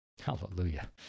Hallelujah